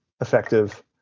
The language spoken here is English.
effective